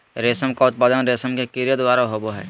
रेशम का उत्पादन रेशम के कीड़े द्वारा होबो हइ